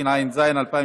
התשע"ז 2017,